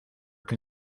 can